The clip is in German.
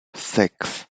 sechs